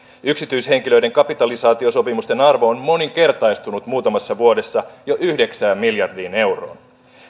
yksityishenkilöiden kapitalisaatio sopimusten arvo on moninkertaistunut muutamassa vuodessa jo yhdeksään miljardiin euroon